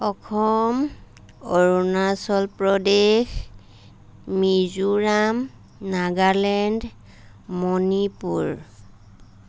Assam Arunachal Pradesh Mizoram Nagaland Manipur